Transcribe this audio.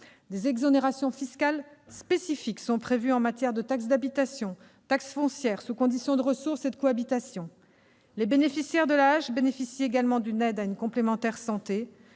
des exonérations fiscales spécifiques sont prévues en matière de taxe d'habitation et de taxe foncière, sous condition de ressources et de cohabitation. Les bénéficiaires de l'AAH bénéficient également d'une aide à une complémentaire santé